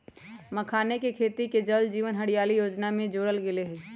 मखानके खेती के जल जीवन हरियाली जोजना में जोरल गेल हई